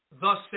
thus